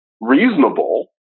reasonable